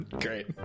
great